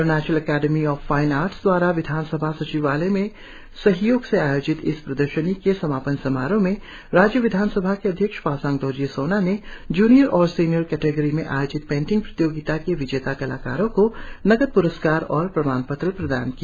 Arunachal academy of fine arts दवारा विधानसभा सचिवालय के सहयोग से आयोजित इस प्रदर्शनी के समापन समारोह में राज्य विधानसभा के अध्यक्ष पासांग दोरजी सोना ने ज्नियर और सीनियर कटेगरी में आयोजित पेंटिंग प्रतियोगिता के विजेता कलाकारों को नगद प्रस्कार और प्रमाणपत्र प्रदान किया